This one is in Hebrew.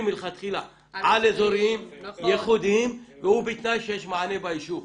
מלכתחילה על-אזוריים יחודיים ובתנאי שיש מענה ביישוב.